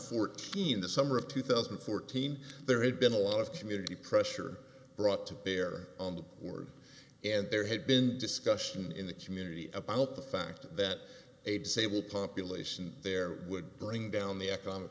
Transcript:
fourteen the summer of two thousand and fourteen there had been a lot of community pressure brought to bear on the board and there had been discussion in the community about the fact that a disabled population there would bring down the economic